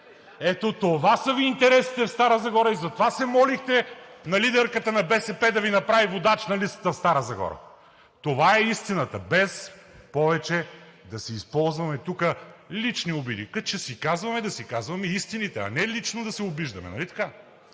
Ето това са интересите Ви в Стара Загора. Затова се молихте на лидерката на БСП да Ви направи водач на листата в Стара Загора. Това е истината. Без повече да използваме тук лични обиди – като ще си казваме, да си казваме истините, а не лично да се обиждаме.